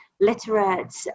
literate